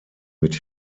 mit